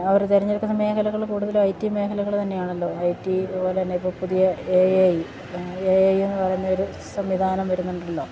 അവര് തെരഞ്ഞെടുക്കുന്ന മേഖലകള് കൂടുതലും ഐ ടി മേഖലകള് തന്നെയാണല്ലോ ഐ ടീ അതുപോലെ തന്നെ ഇപ്പോള് പുതിയ എ ഐ എ ഐ എന്നുപറയുന്നൊരു സംവിധാനം വരുന്നുണ്ടല്ലോ